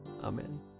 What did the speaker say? Amen